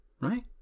Right